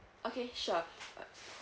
okay sure